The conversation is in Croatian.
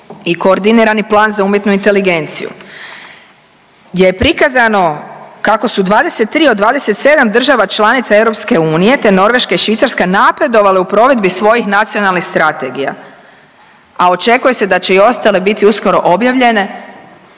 i koordinirani plan za umjetnu inteligenciju je prikazano kako su 23 od 27 država članica EU te Norveška i Švicarska napredovale u provedbi svojih nacionalnih strategija, a očekuje se da će i ostale biti uskoro objavljenje.